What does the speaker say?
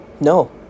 no